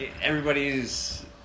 everybody's